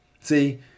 See